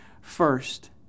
first